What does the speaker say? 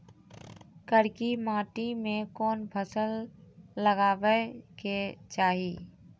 करकी माटी मे कोन फ़सल लगाबै के चाही?